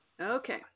Okay